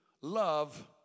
love